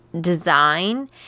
design